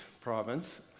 province